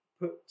put